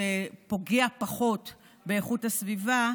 הפוגע פחות באיכות הסביבה,